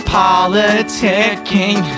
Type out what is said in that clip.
politicking